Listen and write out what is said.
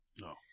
No